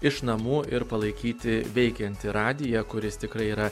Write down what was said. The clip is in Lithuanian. iš namų ir palaikyti veikiantį radiją kuris tikrai yra